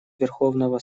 верховного